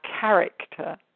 character